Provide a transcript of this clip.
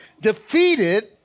defeated